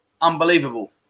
Unbelievable